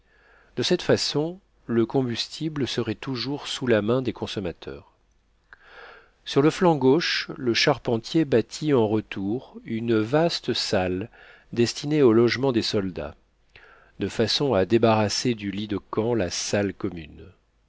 de cette façon le combustible serait toujours sous la main des consommateurs sur le flanc gauche le charpentier bâtit en retour une vaste salle destinée au logement des soldats de façon à débarrasser du lit de camp la salle commune